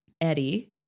Eddie